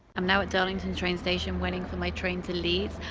i'm now at darlington train station waiting for my train to leeds.